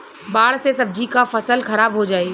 बाढ़ से सब्जी क फसल खराब हो जाई